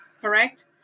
correct